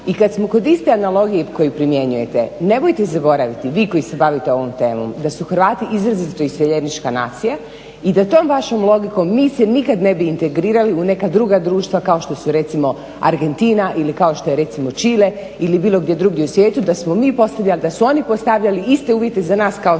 i kad smo kod iste analogije koju primjenjujete, nemojte zaboraviti vi koji se bavite ovom temom, da su Hrvati izrazito iseljenička nacija i da tom vašom logikom mi se nikad ne bi integrirali u neka druga društva kao što su recimo Argentina ili kao što je recimo Čile ili bilo gdje drugdje u svijetu da su oni postavljali iste uvjete za nas kao što recimo